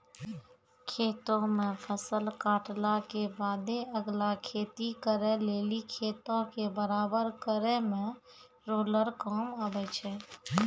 खेतो मे फसल काटला के बादे अगला खेती करे लेली खेतो के बराबर करै मे रोलर काम आबै छै